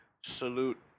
Salute